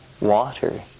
water